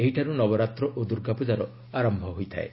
ଏହିଠାରୁ ନବରାତ୍ର ଓ ଦୁର୍ଗାପ୍ରଜାର ଆରମ୍ଭ ହୋଇଥାଏ